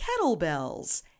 kettlebells